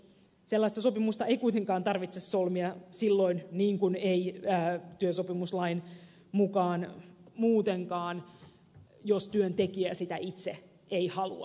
sellaista sopimusta ei kuitenkaan tarvitse solmia silloin niin kuin ei työsopimuslain mukaan muutenkaan jos työntekijä sitä itse ei halua